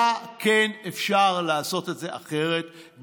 היה כן אפשר לעשות את זה אחרת,